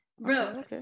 bro